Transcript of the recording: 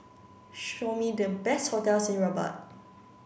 show me the best hotels in Rabat